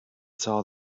saw